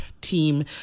team